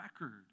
record